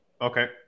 Okay